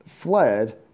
fled